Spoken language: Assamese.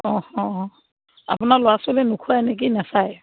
অঁ অঁ অঁ আপোনাৰ ল'ৰা ছোৱালীক নোখোৱাই নে কি নাখায়